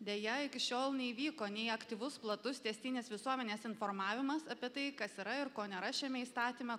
deja iki šiol neįvyko nei aktyvus platus tęstinis visuomenės informavimas apie tai kas yra ir ko nėra šiame įstatyme